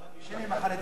לישון עם החרדים זה,